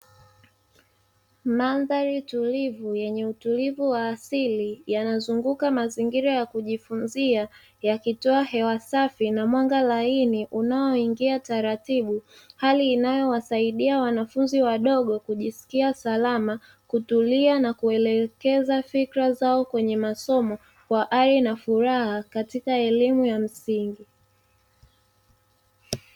Mandhari tulivu yenye utulivu wa asili yanazunguka mazingira ya kujifunzia yakitoa hewa safi na mwanga laini unaoingia taratibu hali inayowasaidia wanafunzi wadogo kujisikia salama, kutulia na kuelekeza fikra zao kwenye masomo kwa ari na furaha katika elimu ya msingi.